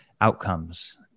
outcomes